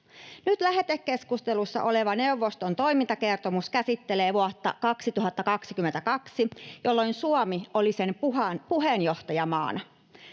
Nyt lähetekeskustelussa oleva neuvoston toimintakertomus käsittelee vuotta 2022, jolloin Suomi oli sen puheenjohtajamaana.